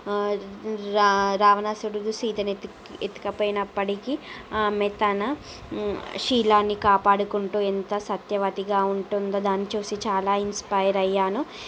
రా రావణాసురుడు సీతను ఎత్తుక ఎత్తుకుపోయినప్పటికీ ఆమె తన శీలాన్ని కాపాడుకుంటూ ఎంత సత్యవతిగా ఉంటుందో దాన్ని చూసి చాలా ఇన్స్పైర్ అయ్యాను